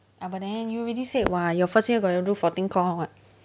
abuden you already said [what] your first year got enroll fourteen core [what]